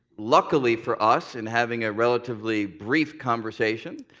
luckily for us, in having a relatively brief conversation,